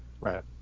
Right